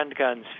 handguns